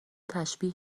تشبیه